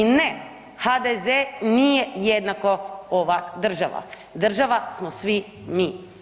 I ne HDZ nije jednako ova država, država smo svi mi.